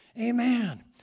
Amen